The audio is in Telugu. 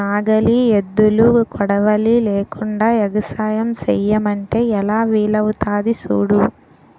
నాగలి, ఎద్దులు, కొడవలి లేకుండ ఎగసాయం సెయ్యమంటే ఎలా వీలవుతాది సూడు